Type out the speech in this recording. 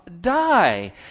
die